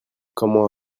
comment